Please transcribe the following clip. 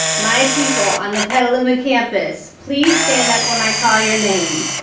my people on the petaluma campus, please stand up when i call your name.